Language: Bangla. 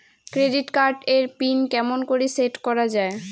ক্রেডিট কার্ড এর পিন কেমন করি সেট করা য়ায়?